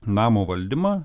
namo valdymą